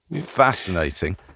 fascinating